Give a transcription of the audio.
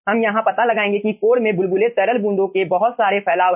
हम यहां पता लगाएंगे कि कोर में बुलबुले तरल बूंदों के बहुत सारे फैलाव है